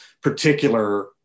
particular